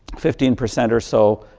fifteen percent or so